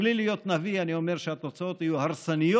בלי להיות נביא אני אומר שהתוצאות יהיו הרסניות,